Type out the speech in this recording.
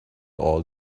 all